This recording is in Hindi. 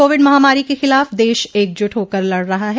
कोविड महामारी के खिलाफ देश एकजुट होकर लड़ रहा है